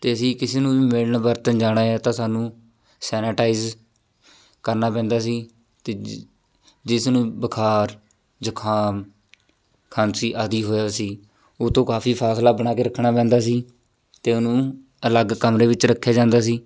ਅਤੇ ਅਸੀਂ ਕਿਸੇ ਨੂੰ ਵੀ ਮਿਲਣ ਵਰਤਣ ਜਾਣਾ ਆ ਤਾਂ ਸਾਨੂੰ ਸੈਨਾਟਾਈਜ਼ ਕਰਨਾ ਪੈਂਦਾ ਸੀ ਅਤੇ ਜਿ ਜਿਸ ਨੂੰ ਬੁਖਾਰ ਜੁਕਾਮ ਖਾਂਸੀ ਆਦਿ ਹੋਇਆ ਸੀ ਉਹ ਤੋਂ ਕਾਫੀ ਫਾਸਲਾ ਬਣਾ ਕੇ ਰੱਖਣਾ ਪੈਂਦਾ ਸੀ ਅਤੇ ਉਹਨੂੰ ਅਲੱਗ ਕਮਰੇ ਵਿੱਚ ਰੱਖਿਆ ਜਾਂਦਾ ਸੀ